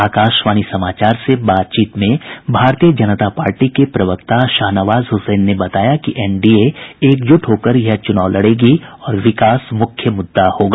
आकाशवाणी समाचार से बातचीत में भारतीय जनता पार्टी के प्रवक्ता शाहनवाज हुसैन ने बताया कि एन डी ए एकजुट होकर यह चुनाव लडेगी और विकास मुख्य मुद्दा होगा